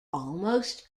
almost